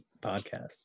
podcast